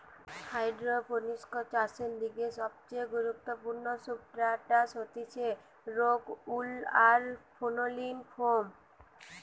hydroponics চাষের লিগে সবচেয়ে গুরুত্বপূর্ণ সুবস্ট্রাটাস হতিছে রোক উল আর ফেনোলিক ফোম